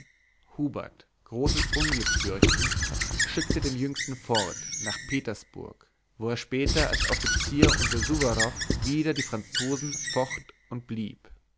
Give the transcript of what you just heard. hubert großes unglück fürchtend schickte den jüngsten fort nach petersburg wo er später als offizier unter suwarow wider die franzosen focht und blieb